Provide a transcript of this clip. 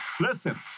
Listen